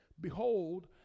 Behold